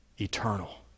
Eternal